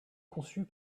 conçues